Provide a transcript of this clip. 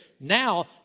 now